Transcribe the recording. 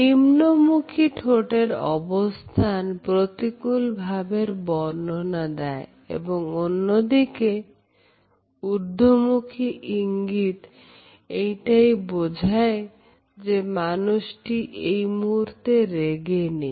নিম্নমুখী ঠোঁটের অবস্থান প্রতিকূল ভাবের বর্ণনা দেয় এবং অন্যদিকে ঊর্ধ্বমুখী ইঙ্গিত এইটাই বোঝায় যে মানুষটি এই মুহূর্তে রেগে নেই